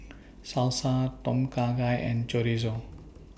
Salsa Tom Kha Gai and Chorizo